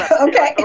Okay